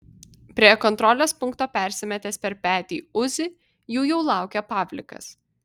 prie kontrolės punkto persimetęs per petį uzi jų jau laukė pavlikas